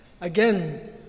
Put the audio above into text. again